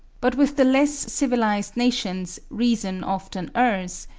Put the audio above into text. but with the less civilised nations reason often errs,